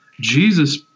Jesus